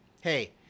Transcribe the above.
Hey